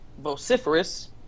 vociferous